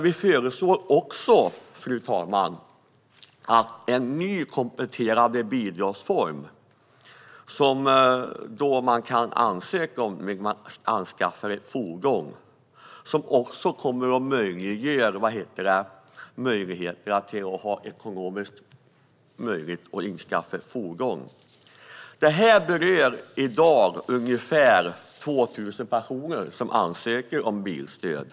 Vi föreslår också en ny kompletterande bidragsform som man kan ansöka om och som ska göra det ekonomiskt möjligt att anskaffa ett fordon. Den bidragsformen berör i dag ungefär 2 000 personer som ansöker om bilstöd.